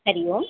Hari Om